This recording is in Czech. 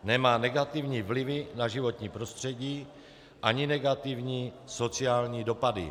Nemá negativní vliv na životní prostředí ani negativní sociální dopady.